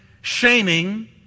shaming